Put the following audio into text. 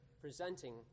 presenting